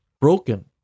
Broken